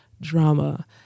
drama